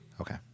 Okay